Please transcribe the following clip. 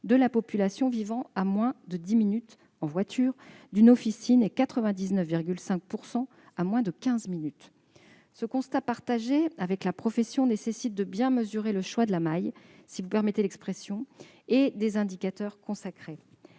de la population vivant à moins de dix minutes en voiture d'une officine et 99,5 % à moins de quinze minutes. Ce constat partagé avec la profession nécessite de bien mesurer le choix de la maille, si vous me permettez l'expression, et des indicateurs consacrés.